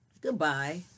Goodbye